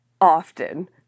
often